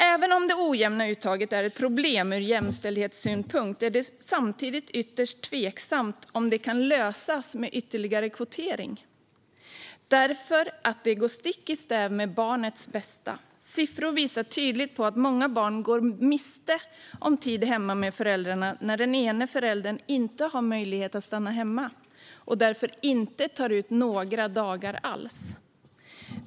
Även om det ojämna uttaget är ett problem ur jämställdhetssynpunkt är det samtidigt ytterst tveksamt om detta kan lösas med ytterligare kvotering. Det går nämligen stick i stäv med barnets bästa. Siffror visar tydligt att många barn går miste om tid hemma med föräldrarna när den ena föräldern inte har möjlighet att stanna hemma och därför inte tar ut några dagar alls.